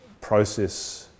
process